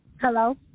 Hello